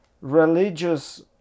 religious